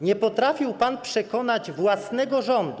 Nie potrafił pan przekonać własnego rządu.